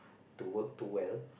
to work too well